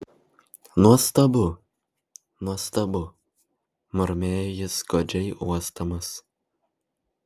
nuostabu nuostabu murmėjo jis godžiai uosdamas